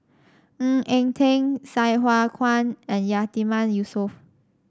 Ng Eng Teng Sai Hua Kuan and Yatiman Yusof